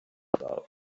about